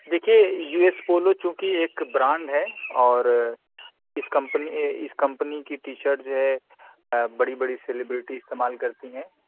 دیکھیے U S Polo چونکہ ایک برانڈ ہے اور اس کمپنی اس کمپنی کی ٹی شرٹ جو ہے بڑی بڑی سیلیبریٹی استعمال کرتی ہیں